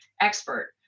expert